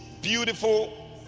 Beautiful